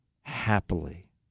happily